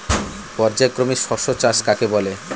পর্যায়ক্রমিক শস্য চাষ কাকে বলে?